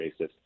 racist